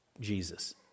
Jesus